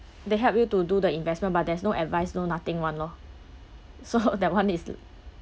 they help you to do the investment but there's no advice no nothing [one] lor so that one is